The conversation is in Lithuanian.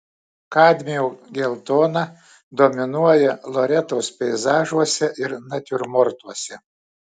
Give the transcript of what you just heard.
kadmio geltona dominuoja loretos peizažuose ir natiurmortuose